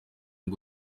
ngo